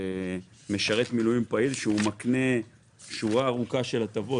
משרת מילואים פעיל שמקנה שורה ארוכה של הטבות.